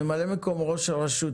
מ"מ ראש הרשות,